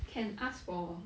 can ask for